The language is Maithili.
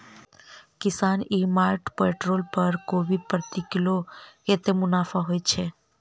किसान ई मार्ट पोर्टल पर कोबी प्रति किलो कतै मुनाफा होइ छै?